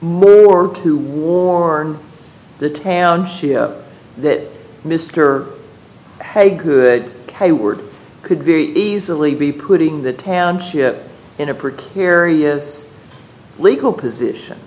more to warn the town that mr hague good k word could very easily be putting the township in a precarious legal position